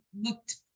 looked